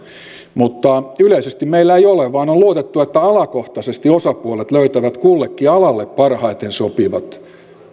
mutta yleisesti meillä ei ole vaan on luotettu että alakohtaisesti osapuolet löytävät kullekin alalle parhaiten sopivat